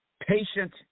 patient